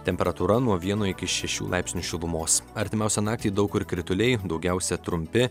temperatūra nuo vieno iki šešių laipsnių šilumos artimiausią naktį daug kur krituliai daugiausia trumpi